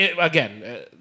again